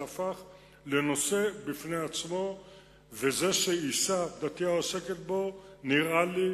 זה הפך לנושא בפני עצמו וזה שאשה דתייה עוסקת בו נראה לי